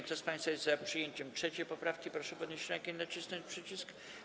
Kto z państwa jest za przyjęciem 3. poprawki, proszę podnieść rękę i nacisnąć przycisk.